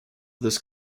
this